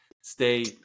stay